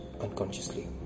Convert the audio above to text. unconsciously